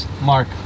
Mark